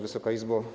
Wysoka Izbo!